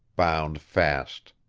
bound fast.